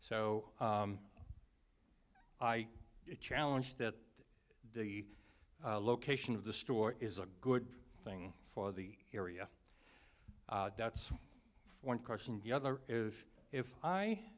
so i challenge that the location of the store is a good thing for the area that's one question the other is if i